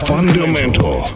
Fundamental